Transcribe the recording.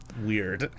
weird